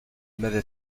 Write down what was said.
m’avait